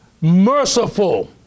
merciful